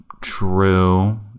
true